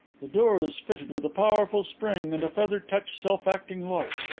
the door is fitted with a powerful spring and a feather-touch self-acting lock.